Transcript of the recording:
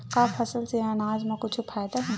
का फसल से आनाज मा कुछु फ़ायदा हे?